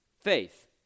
Faith